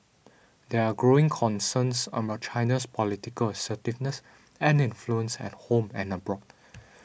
there are growing concerns about China's political assertiveness and influence at home and abroad